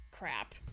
crap